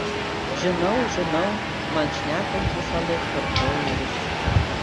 žinau žinau man šnekant visąlaik kartoja jis